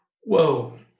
whoa